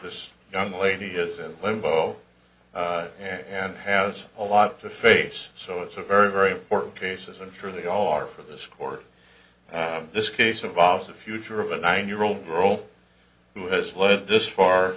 this young lady is in limbo and has a lot to face so it's a very very important cases i'm sure they all are for this court this case involves the future of a nine year old girl who has lived this far